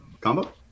combo